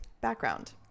Background